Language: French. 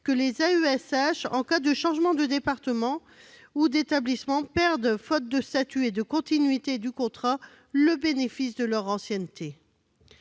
Pire, les AESH, en cas de changements de département ou d'établissement perdent, faute de statut et de continuité du contrat, le bénéfice de leur ancienneté